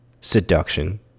seduction